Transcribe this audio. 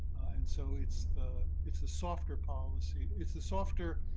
and so it's the it's the softer policy it's the softer